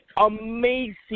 amazing